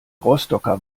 rostocker